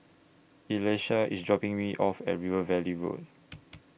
Elisha IS dropping Me off At River Valley Road